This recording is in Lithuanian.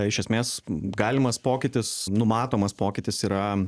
iš esmės galimas pokytis numatomas pokytis yra